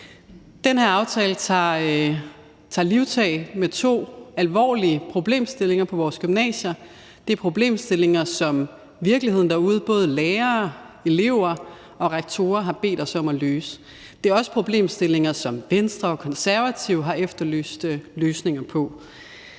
Den her aftale tager livtag med to alvorlige problemstillinger på vores gymnasier. Det er problemstillinger, som virkeligheden derude, både lærere, elever og rektorer, har bedt os om at løse. Det er også problemstillinger, som Venstre og Konservative har efterlyst løsninger på.